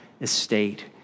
estate